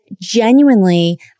genuinely